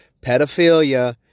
Pedophilia